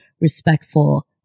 respectful